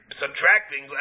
subtracting